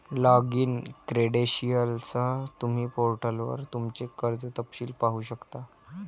login क्रेडेंशियलसह, तुम्ही पोर्टलवर तुमचे कर्ज तपशील पाहू शकता